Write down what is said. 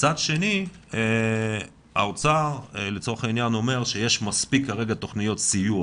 מצד שני האוצר אומר שיש מספיק תוכניות סיוע